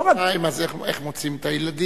לא רק, 14:00, אז איך מוציאים את הילדים?